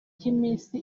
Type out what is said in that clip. cy’iminsi